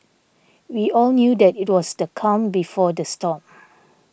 we all knew that it was the calm before the storm